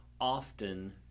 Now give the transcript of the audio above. often